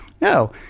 No